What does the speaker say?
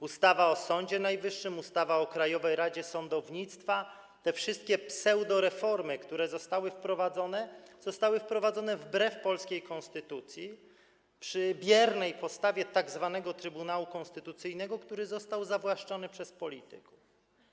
Ustawa o Sądzie Najwyższym, ustawa o Krajowej Radzie Sądownictwa, te wszystkie pseudoreformy, które zostały wprowadzone - to zostało wprowadzone wbrew polskiej konstytucji, przy biernej postawie tzw. Trybunału Konstytucyjnego, który został zawłaszczony przez polityków.